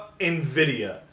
Nvidia